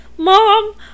mom